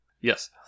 Yes